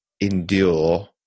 endure